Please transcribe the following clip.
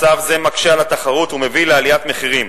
מצב זה מקשה על התחרות ומביא לעליית המחירים